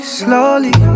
slowly